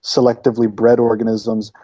selectively bred organisms,